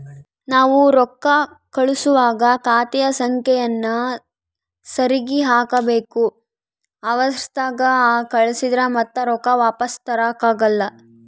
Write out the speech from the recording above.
ನಾವು ರೊಕ್ಕ ಕಳುಸುವಾಗ ಖಾತೆಯ ಸಂಖ್ಯೆಯನ್ನ ಸರಿಗಿ ಹಾಕಬೇಕು, ಅವರ್ಸದಾಗ ಕಳಿಸಿದ್ರ ಮತ್ತೆ ರೊಕ್ಕ ವಾಪಸ್ಸು ತರಕಾಗಲ್ಲ